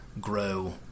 grow –